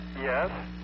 Yes